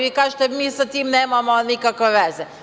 Vi kažete – mi sa tim nemamo nikakve veze.